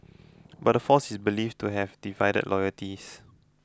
but the force is believed to have divided loyalties